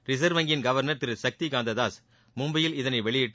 reserve வங்கியின் governor திரு சக்திகாந்ததாஸ் மும்பையில் இதனை வெளியிட்டு